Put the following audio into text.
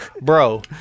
Bro